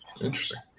Interesting